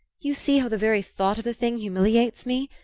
you see how the very thought of the thing humiliates me!